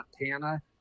Montana